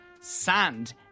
sand